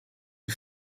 een